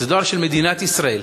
זה דואר של מדינת ישראל,